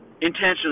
intentionally